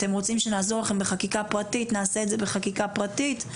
אם אתם רוצים שנעזור לכם בחקיקה פרטית נעשה את זה בחקיקה פרטית.